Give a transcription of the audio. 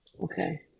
Okay